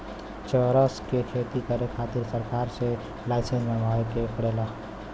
चरस क खेती करे खातिर सरकार से लाईसेंस बनवाए के पड़ेला